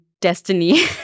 destiny